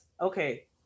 okay